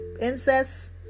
incest